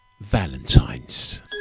Valentines